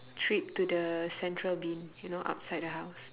trip to the central bin you know outside the house